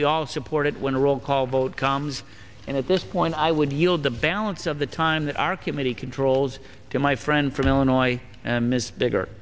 we all support it when a roll call vote comes and at this point i would yield the balance of the time that our committee controls to my friend from illinois and miss bigger